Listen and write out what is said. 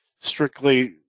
strictly